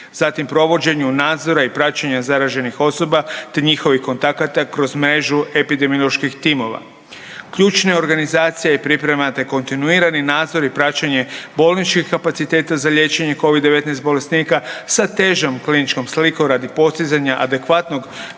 zatim provođenju nadzora i praćenja zaraženih osoba te njihovih kontakata kroz mrežu epidemioloških timova. Ključne organizacije i priprema na kontinuirani nadzor i praćenje bolničkih kapaciteta za liječenje COVID-19 bolesnika sa težom kliničkom slikom radi postizanja adekvatnog